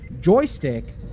joystick